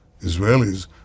Israelis